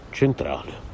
centrale